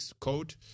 code